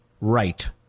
right